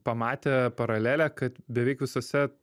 pamatė paralelę kad beveik visuose